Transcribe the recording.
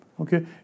Okay